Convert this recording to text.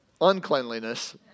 uncleanliness